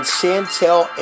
Chantel